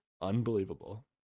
Unbelievable